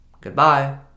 Goodbye